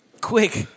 Quick